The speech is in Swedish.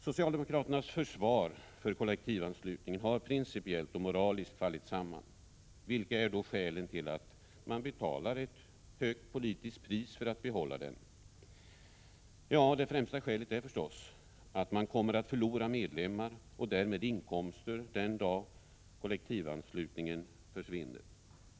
Socialdemokraternas försvar för kollektivanslutningen har principiellt och moraliskt fallit samman. Vilka är då skälen till att man betalar ett högt politiskt pris för att behålla den? Det främsta skälet är förstås att man kommer att förlora medlemmar och därmed inkomster den dag kollektivanslutningen försvinner.